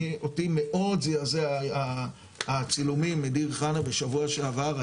אותי מאוד זעזע הצילומים מדיר חנה בשבוע שעבר.